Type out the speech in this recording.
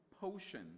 potion